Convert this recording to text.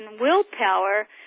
willpower